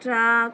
truck